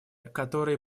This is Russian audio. которые